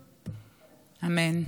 אמן.